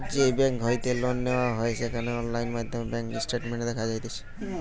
যেই বেংক হইতে লোন নেওয়া হয় সেখানে অনলাইন মাধ্যমে ব্যাঙ্ক স্টেটমেন্ট দেখা যাতিছে